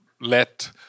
let